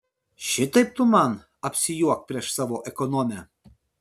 šitaip tu man apsijuok prieš savo ekonomę